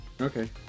Okay